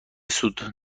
سوت